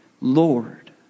Lord